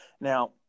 Now